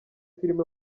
filime